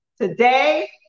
today